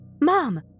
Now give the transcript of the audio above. Mom